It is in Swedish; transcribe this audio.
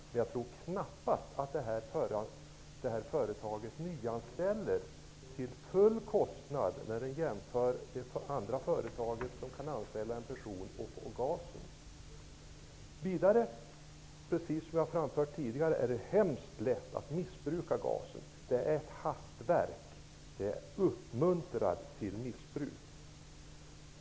Men jag tror knappast att företaget nyanställer till full kostnad, när man jämför med det andra företaget, som kan anställa en person och få GAS. Det är lätt att missbruka GAS, som jag har framfört tidigare. Det är ett hastverk. Det uppmuntrar till missbruk.